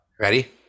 ready